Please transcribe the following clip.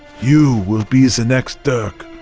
you will be the next dirk,